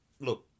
look